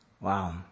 Wow